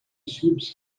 sweeps